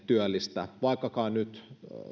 työllistä vaikkakaan nyt